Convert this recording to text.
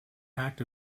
act